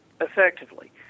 effectively